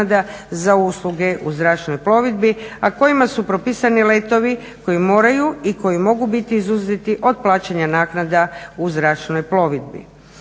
za usluge u zračnoj plovidbi, a kojima su propisani letovi koji moraju i koji mogu biti izuzeti od plaćanja naknada u zračnoj plovidbi.